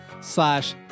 slash